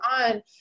on